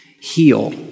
heal